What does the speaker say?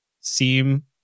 seem